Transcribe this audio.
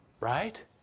right